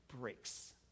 breaks